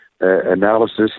analysis